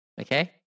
okay